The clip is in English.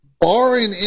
Barring